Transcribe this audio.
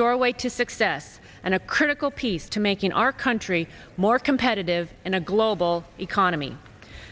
doorway to success and a critical piece to making our country more competitive in a global economy